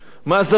מהזווית